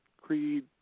creed